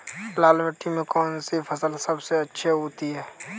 लाल मिट्टी में कौन सी फसल सबसे अच्छी उगती है?